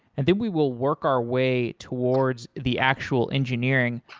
and then we will work our way towards the actual engineering.